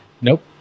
Nope